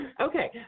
Okay